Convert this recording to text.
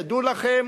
תדעו לכם,